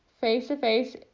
face-to-face